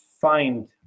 find